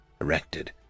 erected